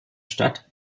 stadt